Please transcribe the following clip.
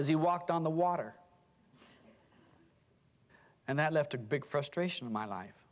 as he walked on the water and that left a big frustration in my life